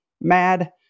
mad